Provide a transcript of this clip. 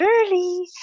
early